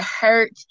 hurt